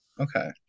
Okay